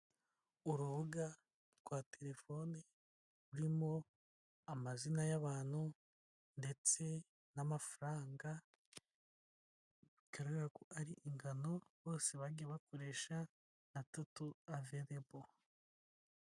Urubuga rwa telefoni rurimo amazina y'abantu ndetse n'amafaranga, bigaragara ko ari ingano bose bagiye bakoresha na toto avelebo.